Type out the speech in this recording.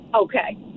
Okay